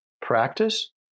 practice